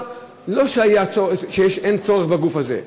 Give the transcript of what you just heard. זה לא שאין צורך בגוף הזה,